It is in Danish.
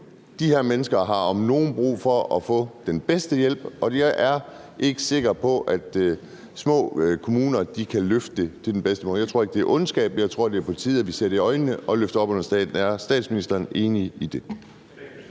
de her mennesker har om nogen brug for at få den bedste hjælp, og jeg er ikke sikker på, at små kommuner kan løfte det. Jeg tror ikke, det er ondskab, jeg tror, det er på tide, at vi ser det i øjnene og lader staten løfte opgaven. Er statsministeren enig i det?